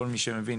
כל מי שמבין,